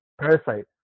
Parasite